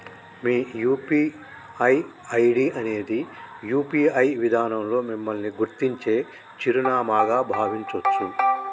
మీ UPI ID అనేది UPI విధానంలో మిమ్మల్ని గుర్తించే చిరునామాగా భావించొచ్చు